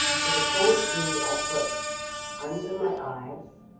so the twenty three i put under my eyes,